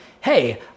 hey